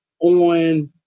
On